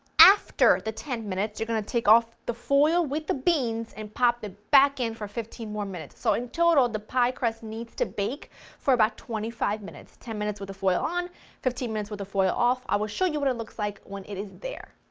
after the ten minutes, you're going to take off the foil with the beans and pop it back in for fifteen minutes, so in total the pie crust needs to bake for but twenty five minutes, ten minutes with the foil on fifteen minutes with the foil off, i will show you what it looks like when it is there.